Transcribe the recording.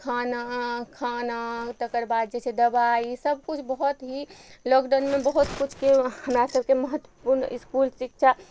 खाना खाना तकर बाद जे छै दबाइ सबकिछु बहुत ही लॉकडाउनमे बहुत किछुके हमरा सबके महत्वपूर्ण इसकुल शिक्षा